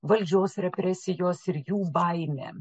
valdžios represijos ir jų baimė